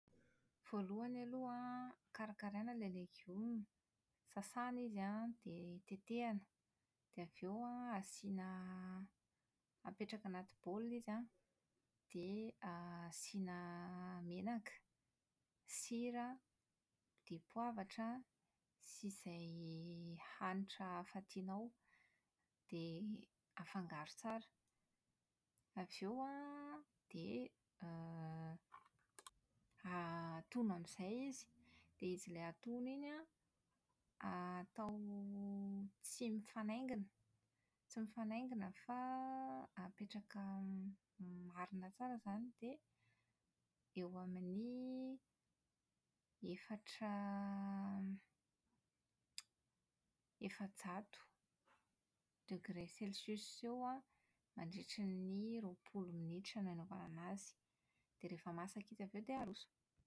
Voalohany aloha an, karakaraina ilay legioma sasana izy an, dia tetehina dia avy eo an asiana apetraka anaty baolina izy an, dia asiana menaka, sira, dipoavatra sy izay hanitra hafa tianao dia afangaro tsara. Avy eo an, dia > atono amin'izay izy, dia izy ilay atono iny an, atao tsy mifanaingina. Tsy mifanaingina fa apetraka marina tsara izany dia eo amin'ny efatra efajato degré celcius eo an, mandritra ny roapolo minitra no hanaovana an'azy. Dia rehefa masaka izy avy eo dia aroso.